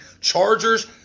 Chargers